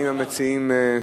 האם המציעים מסתפקים?